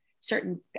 certain